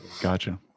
Gotcha